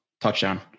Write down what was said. touchdown